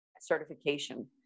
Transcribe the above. certification